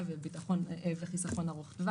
שמסתכל ורוצה להתעניין,